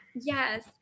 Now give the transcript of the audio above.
Yes